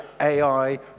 AI